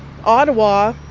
Ottawa